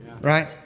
right